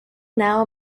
now